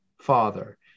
father